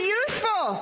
useful